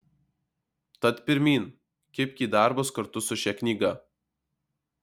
tad pirmyn kibk į darbus kartu su šia knyga